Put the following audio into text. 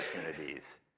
opportunities